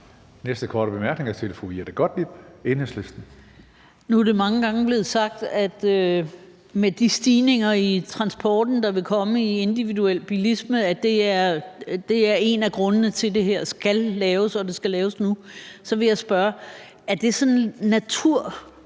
Næste korte bemærkning er til fru